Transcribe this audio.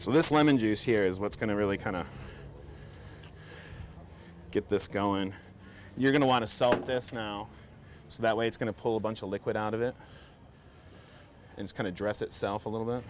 so this lemon juice here is what's going to really kind of get this going you're going to want to sell this now so that way it's going to pull a buncha liquid out of it and kind of dress itself a little bit